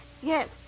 Yes